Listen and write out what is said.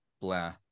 blah